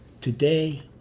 today